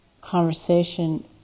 conversation